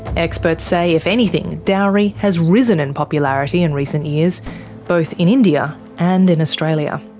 experts say if anything, dowry has risen in popularity in recent years both in india, and in australia.